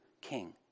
king